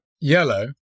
Yellow